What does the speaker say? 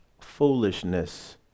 foolishness